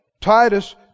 Titus